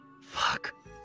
Fuck